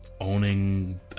owning